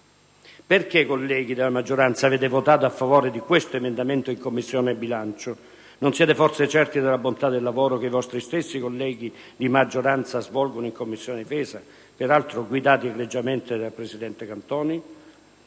Perché, colleghi della maggioranza, avete votato a favore di questo emendamento in Commissione bilancio? Non siete forse certi della bontà del lavoro che i vostri stessi colleghi di maggioranza svolgono in Commissione difesa, peraltro guidati egregiamente dal presidente Cantoni?